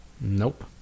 Nope